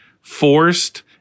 forced